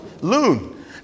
Loon